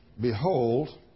Behold